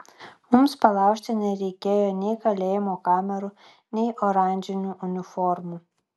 mums palaužti nereikėjo nei kalėjimo kamerų nei oranžinių uniformų